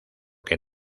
que